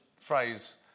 phrase